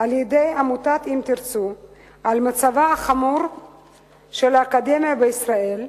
על-ידי עמותת "אם תרצו" על מצבה החמור של האקדמיה בישראל,